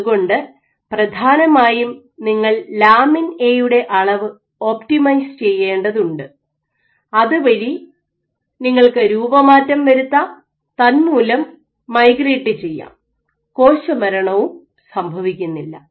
അതുകൊണ്ട് പ്രധാനമായും നിങ്ങൾ ലാമിൻ എ യുടെ അളവ് ഒപ്റ്റിമൈസ് ചെയ്യേണ്ടതുണ്ട് അതുവഴി നിങ്ങൾക്ക് രൂപമാറ്റം വരുത്താം തന്മൂലം മൈഗ്രേറ്റ് ചെയ്യാം കോശമരണവും സംഭവിക്കുന്നില്ല